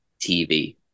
TV